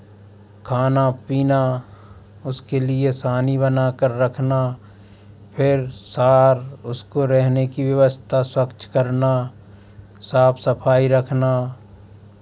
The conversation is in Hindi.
खाना पीना उसके लिए सानी बनाकर रखना फिर सार उसको रहने की व्यवस्था स्वच्छ करना साफ सफाई रखना